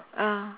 ya